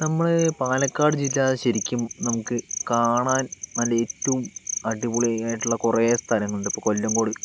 നമ്മുടെ പാലക്കാട് ജില്ല ശരിക്കും നമുക്ക് കണാൻ നല്ല ഏറ്റവും അടിപൊളി ആയിട്ടുള്ള കുറേ സ്ഥലങ്ങളുണ്ട് ഇപ്പോൾ കൊല്ലങ്കോട്